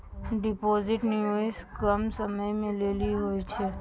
Deposit निवेश कम समय के लेली होय छै?